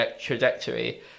trajectory